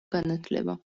განათლება